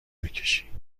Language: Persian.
بکشی